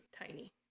tiny